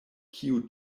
kiu